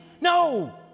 no